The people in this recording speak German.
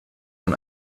man